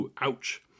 Ouch